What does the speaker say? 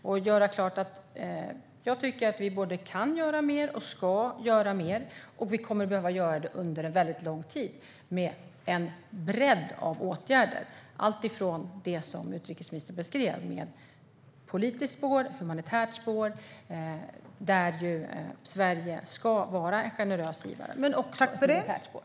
Jag vill klargöra att vi både kan göra mer och ska göra mer, och vi kommer att behöva gör det under väldigt lång tid, med en bredd av åtgärder, alltifrån det som utrikesministern beskrev med ett politiskt spår och ett humanitärt spår, där Sverige ska vara en generös givare, till också ett militärt spår.